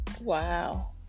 wow